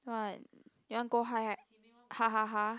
what you want to go high ha ha ha